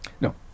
No